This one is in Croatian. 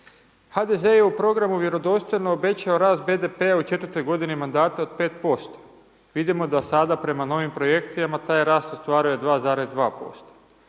HDZ je u programu Vjerodostojno obećao rast BDP-a u 4 godini mandata od 5%, vidimo da sada prema novim projekcijama taj rast ostvaruje 2,2%.